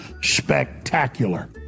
spectacular